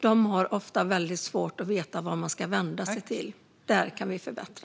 De har ofta svårt att veta vart de ska vända sig. Där kan vi förbättra.